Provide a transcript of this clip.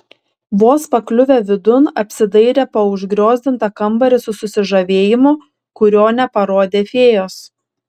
vos pakliuvę vidun apsidairė po užgriozdintą kambarį su susižavėjimu kurio neparodė fėjos